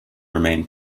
remain